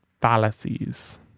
fallacies